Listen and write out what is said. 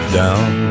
down